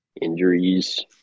Injuries